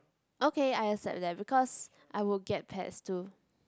okay I accept that because I will get pets too